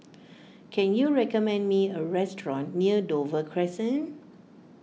can you recommend me a restaurant near Dover Crescent